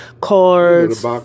cards